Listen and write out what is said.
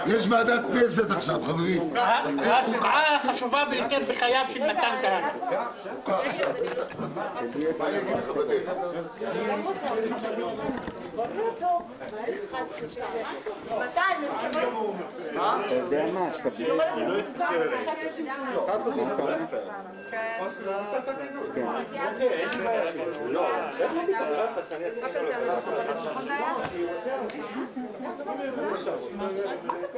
13:05.